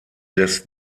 des